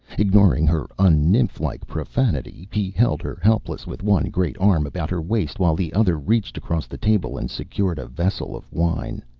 ignoring her un-nymphlike profanity, he held her helpless with one great arm about her waist while the other reached across the table and secured a vessel of wine.